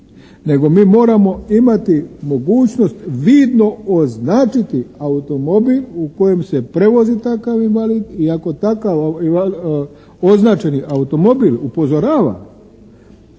nego mi moramo imati mogućnost vidno označiti automobil u kojem se prevozi takav invalid i ako takav označeni automobil upozorava